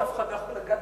אף אחד לא יכול לגעת.